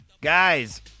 guys